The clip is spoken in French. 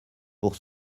pour